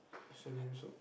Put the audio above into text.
so you also